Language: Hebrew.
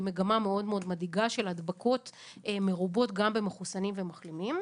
מגמה מאוד מאוד מדאיגה של הדבקות מרובות גם במחוסנים ובמחלימים.